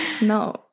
no